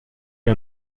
est